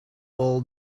all